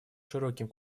широким